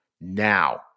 now